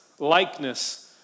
Likeness